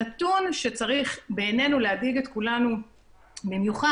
הנתון שצריך בעינינו להדאיג את כולנו במיוחד